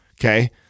Okay